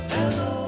Hello